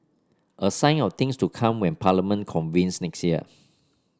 a sign of things to come when parliament convenes next year